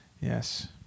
Yes